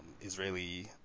Israeli